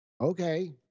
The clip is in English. Okay